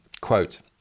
Quote